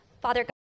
Father